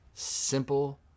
Simple